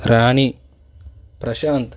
Rani Prashanth